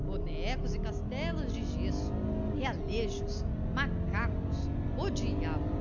bonecos e castelos de gesso realejos macacos o diabo